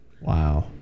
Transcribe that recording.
Wow